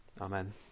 Amen